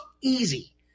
easy